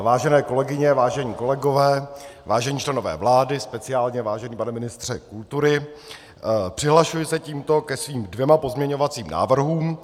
Vážené kolegyně, vážení kolegové, vážení členové vlády, speciálně vážený pane ministře kultury, přihlašuji se tímto ke svým dvěma pozměňovacím návrhům.